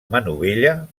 manovella